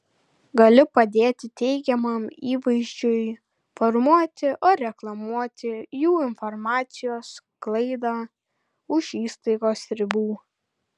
gali padėti teigiamam įvaizdžiui formuoti ar reklamuoti jų informacijos sklaida už įstaigos ribų